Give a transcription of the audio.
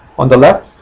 on the left,